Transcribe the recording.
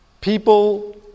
People